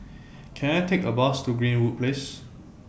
Can I Take A Bus to Greenwood Place